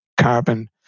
carbon